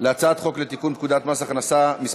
את הצעת חוק המאבק בתופעת השימוש בחומרים מסכנים (תיקון מס' 2),